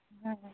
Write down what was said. हं